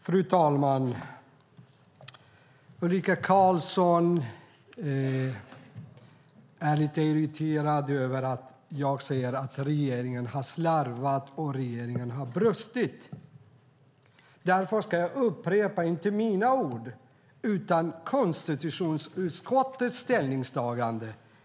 Fru talman! Ulrika Carlsson är lite irriterad över att jag säger att regeringen har slarvat och att regeringen har brustit. Därför ska jag upprepa vad jag sade. Det är inte mina ord, utan konstitutionsutskottets ställningstagande.